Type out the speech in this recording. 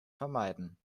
vermeiden